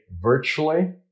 virtually